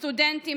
סטודנטים,